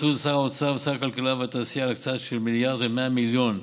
הכריזו שר האוצר ושר הכלכלה והתעשייה על הקצאה של 1.1 מיליארד